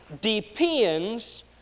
depends